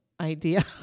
idea